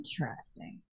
Interesting